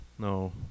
No